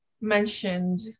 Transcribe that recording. mentioned